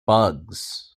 bugs